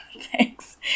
Thanks